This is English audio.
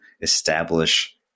establish